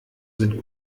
sind